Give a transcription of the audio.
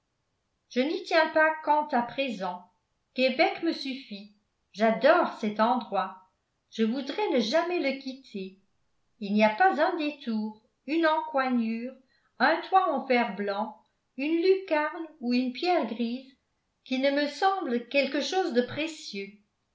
je n'y tiens pas quant à présent québec me suffit j'adore cet endroit je voudrais ne jamais le quitter il n'y a pas un détour une encoignure un toit en fer-blanc une lucarne ou une pierre grise qui ne me semble quelque chose de précieux